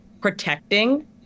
protecting